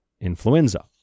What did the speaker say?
influenza